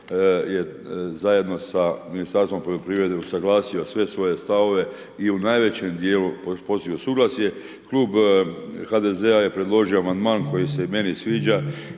zajedno sa Ministarstvom poljoprivrede usaglasio sve svoje stavove i u najvećem dijelu postigao suglasje. Klub HDZ-a je predložio amandman koji se i meni sviđa